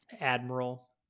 admiral